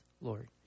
Lord